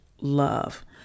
love